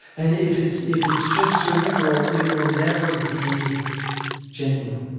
and if it's if it's just cerebral, it will never be genuine.